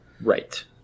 Right